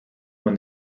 when